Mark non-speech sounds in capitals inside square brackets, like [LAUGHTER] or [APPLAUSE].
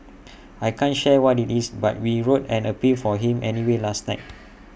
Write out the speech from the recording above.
[NOISE] I can't share what IT is but we wrote an appeal for him anyway last night [NOISE]